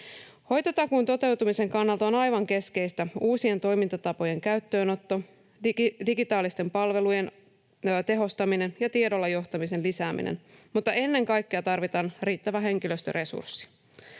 Hoitotakuun toteutumisen kannalta on aivan keskeistä uusien toimintatapojen käyttöönotto, digitaalisten palvelujen tehostaminen ja tiedolla johtamisen lisääminen, mutta ennen kaikkea tarvitaan riittävä henkilöstöresurssi.